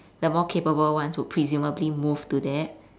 the more capable ones would presumably move to there